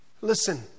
Listen